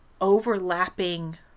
overlapping